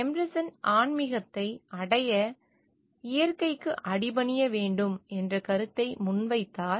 Emerson ஆன்மிகத்தை அடைய இயற்கைக்கு அடிபணிய வேண்டும் என்ற கருத்தை முன்வைத்தார்